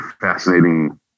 fascinating